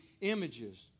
images